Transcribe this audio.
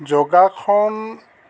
যোগাসন